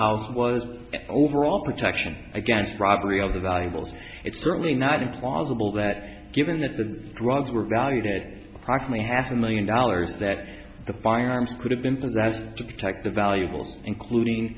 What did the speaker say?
house was overall protection against robbery of the valuables it's certainly not implausible that given that the drugs were valued it practically half a million dollars that the firearms could have been possessed to protect the valuables including